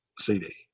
CD